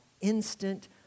instant